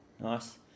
nice